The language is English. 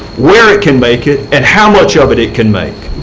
where it can make it, and how much of it it can make.